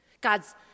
God's